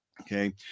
okay